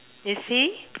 you see